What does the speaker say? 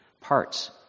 parts